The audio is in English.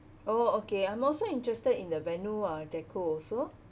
oh okay I'm also interested in the venue uh decor also